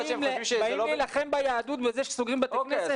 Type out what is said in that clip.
באים להילחם ביהדות בזה שסוגרים בתי כנסת?